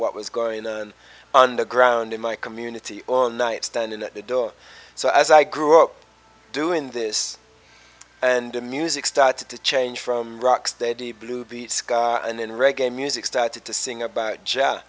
what was going on underground in my community on night stand in the door so as i grew up doing this and a music started to change from rock steady blue beat scar and then reggae music started to sing about j